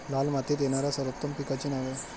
लाल मातीत येणाऱ्या सर्वोत्तम पिकांची नावे?